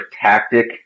tactic